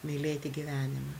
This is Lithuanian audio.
mylėti gyvenimą